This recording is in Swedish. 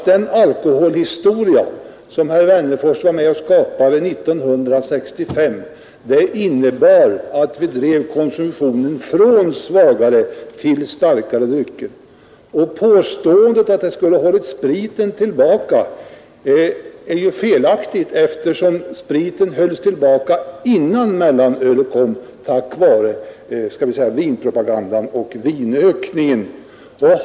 Den alkoholhistoria som herr Wennerfors var med om att skapa 1965 innebar att vi drev konsumtionen från svagare till starkare drycker. Påståendet att mellanölet skulle ha hållit spriten tillbaka är felaktigt, eftersom den hölls tillbaka innan mellanölet kom tack vare vinpropagandan och den därav följande ökningen i vinkonsumtionen.